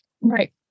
right